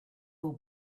will